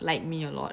like me a lot